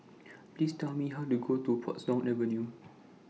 Please Tell Me How to get to Portsdown Avenue